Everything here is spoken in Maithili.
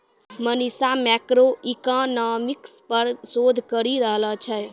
मनीषा मैक्रोइकॉनॉमिक्स पर शोध करी रहलो छै